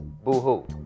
Boo-hoo